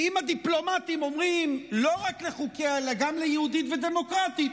כי אם הדיפלומטים אומרים לא רק לחוקיה אלא גם "ליהודית ודמוקרטית",